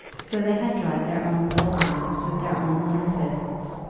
so they had dried their own little eyes with their own little fists,